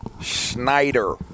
Schneider